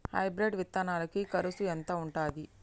Hybrid విత్తనాలకి కరుసు ఎంత ఉంటది?